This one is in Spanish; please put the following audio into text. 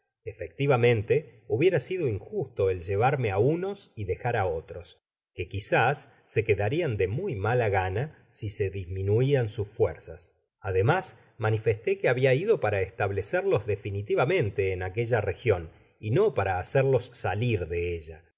efectivamente hubiera sido injusto el llevarme á unos y dejar á otro que quizás se quedarian de muy mala gana si se disminuían sus fuerzas ademas manifesté que habia ido para establecerlos definitivamente en aquella region y no para hacerlos salir de ella